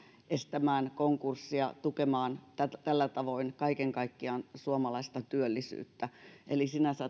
estämään konkursseja ja tukemaan tällä tavoin kaiken kaikkiaan suomalaista työllisyyttä eli sinänsä